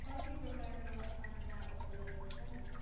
कति प्रकारका अन्डा उपलब्ध छन्